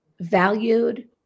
valued